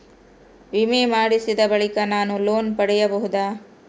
ವಿಮೆ ಮಾಡಿಸಿದ ಬಳಿಕ ನಾನು ಲೋನ್ ಪಡೆಯಬಹುದಾ?